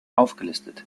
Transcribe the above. aufgelistet